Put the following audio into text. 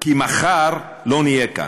כי מחר לא נהיה כאן.